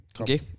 Okay